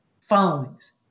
followings